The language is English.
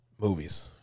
movies